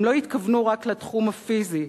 הם לא התכוונו רק לתחום הפיזי,